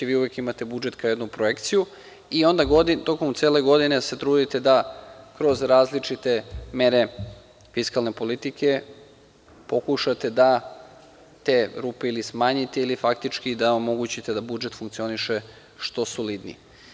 Vi uvek imate budžet kao jednu projekciju i onda tokom cele godine se trudite da kroz različite mere fiskalne politike pokušate da te rupe ili smanjite ili faktički da omogućite da budžet funkcioniše što solidnije.